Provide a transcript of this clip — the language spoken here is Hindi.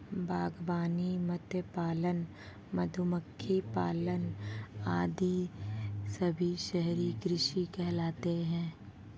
बागवानी, मत्स्य पालन, मधुमक्खी पालन आदि सभी शहरी कृषि कहलाते हैं